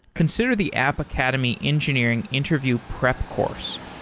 consider the app academy engineering interview prep course.